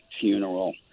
funeral